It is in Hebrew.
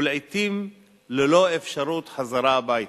ולעתים ללא אפשרות חזרה הביתה.